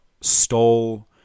stole